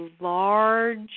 large